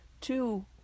two